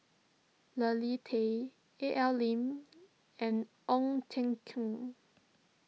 Leslie Tay A L Lim and Ong Teng Koon